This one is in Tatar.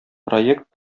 проект